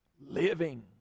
living